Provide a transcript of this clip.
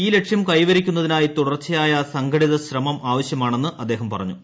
ഈ ലക്ഷ്യം കൈവരിക്കുന്നതിനായി തുടർച്ചയായ സംഘടിത ശ്രമം ആവശ്യമാണെന്ന് അദ്ദേഹം പറഞ്ഞു